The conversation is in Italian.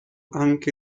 anche